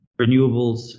renewables